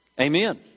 Amen